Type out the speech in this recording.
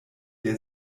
der